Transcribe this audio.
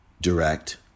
direct